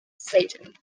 satan